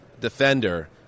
defender